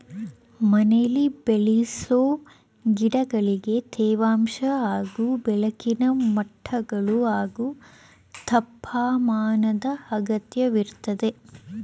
ಮನೆಲಿ ಬೆಳೆಸೊ ಗಿಡಗಳಿಗೆ ತೇವಾಂಶ ಹಾಗೂ ಬೆಳಕಿನ ಮಟ್ಟಗಳು ಹಾಗೂ ತಾಪಮಾನದ್ ಅಗತ್ಯವಿರ್ತದೆ